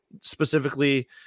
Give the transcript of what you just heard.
specifically